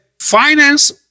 finance